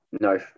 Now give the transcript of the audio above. no